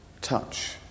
touch